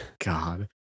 God